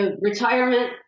retirement